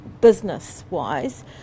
business-wise